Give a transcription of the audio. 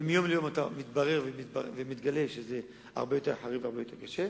ומיום ליום מתברר ומתגלה שזה הרבה יותר חריף והרבה יותר קשה.